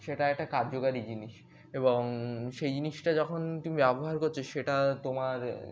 সেটা একটা কার্যকারী জিনিস এবং সেই জিনিসটা যখন তুমি ব্যবহার করছো সেটা তোমার